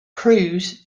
crews